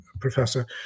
professor